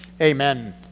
Amen